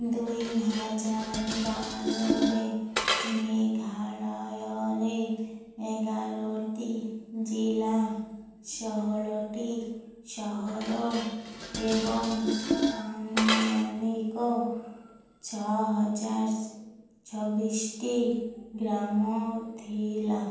ଦୁଇ ହଜାର ବାରରେ ମେଘାଳୟରେ ଏଗାରଟି ଜିଲ୍ଲା ଷୋହଳଟି ସହର ଏବଂ ଆନୁମାନିକ ଛଅ ହଜାର ଛବିଶଟି ଗ୍ରାମ ଥିଲା